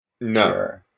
No